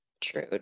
true